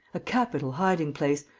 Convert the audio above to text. a capital hiding-place.